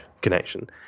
connection